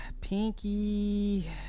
Pinky